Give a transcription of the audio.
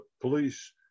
police